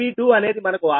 ZB2 అనేది మనకు 62